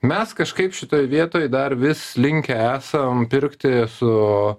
mes kažkaip šitoj vietoj dar vis linkę esam pirkti su